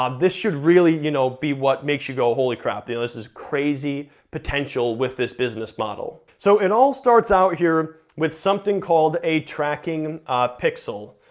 um this should really you know be what makes you go, holy crap, this is crazy potential with this business model. so it all starts out here with something called a tracking pixel.